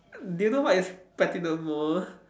do you know what is platinum mall